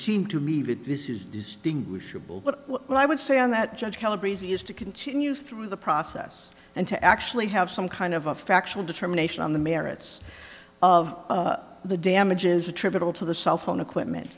seem to me that this is distinguishable but what i would say on that judge caliber easiest to continue through the process and to actually have some kind of a factual determination on the merits of the damages attributable to the cellphone equipment